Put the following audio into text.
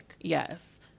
Yes